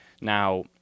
Now